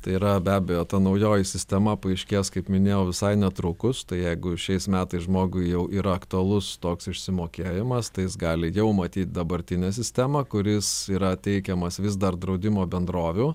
tai yra be abejo ta naujoji sistema paaiškės kaip minėjau visai netrukus tai jeigu šiais metais žmogui jau yra aktualus toks išsimokėjimas tai jis gali jau matyt dabartinę sistemą kuris yra teikiamas vis dar draudimo bendrovių